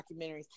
documentaries